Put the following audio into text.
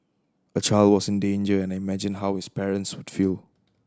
a child was in danger and I imagined how his parents would feel